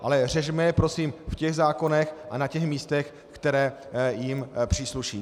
Ale řešme je prosím v těch zákonech a na těch místech, které jim přísluší.